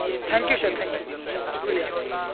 thank you sir thank you شکریہ